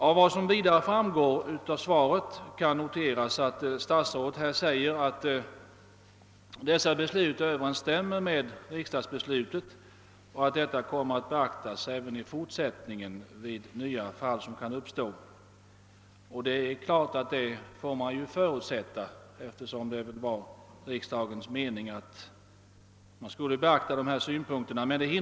Statsrådet säger vidare i svaret att de fattade besluten överensstämmer med riksdagens uttalanden och att dessa även i det fortsatta arbetet kommer att beaktas. Det förutsätter vi naturligtvis, eftersom det väl var riksdagens mening att dess uttalanden skulle beaktas.